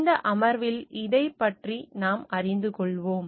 இந்த அமர்வில் இதைப் பற்றி அறிந்து கொள்வோம்